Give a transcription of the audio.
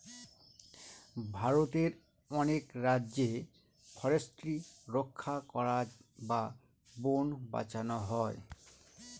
ভারতের অনেক রাজ্যে ফরেস্ট্রি রক্ষা করা বা বোন বাঁচানো হয়